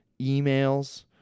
emails